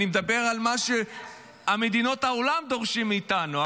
אני מדבר על מה שמדינות העולם דורשות מאיתנו.